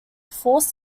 forced